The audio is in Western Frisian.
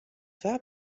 twa